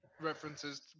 references